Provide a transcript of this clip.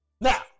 Now